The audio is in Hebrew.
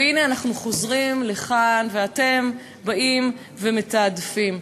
והנה, אנחנו חוזרים לכאן, ואתם באים ומתעדפים.